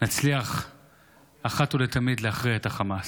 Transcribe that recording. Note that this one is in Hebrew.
נצליח אחת ולתמיד להכריע את החמאס.